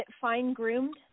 fine-groomed